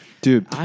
Dude